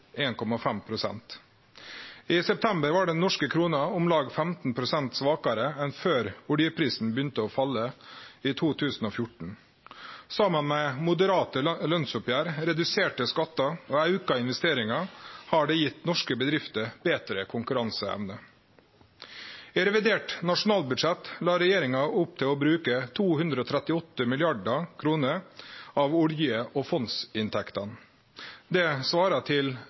I september var den norske krona om lag 15 pst. svakare enn før oljeprisen begynte å falle i 2014. Saman med moderate lønnsoppgjer, reduserte skattar og auka investeringar har det gitt norske bedrifter betre konkurranseevne. I Revidert nasjonalbudsjett la regjeringa opp til å bruke 238 mrd. kr av olje- og fondsinntektene. Det svarer til